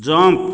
jump